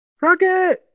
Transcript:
Rocket